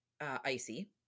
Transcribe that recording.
icy